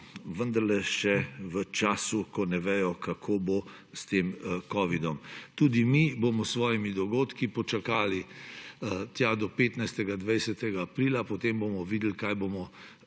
vendarle še v času, ko ne vejo, kako bo s tem covidom. Tudi mi bomo s svojimi dogodki počakali tja do 15., 20. aprila. Potem bomo videli, kaj bomo